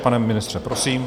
Pane ministře, prosím.